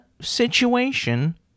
situation